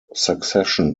succession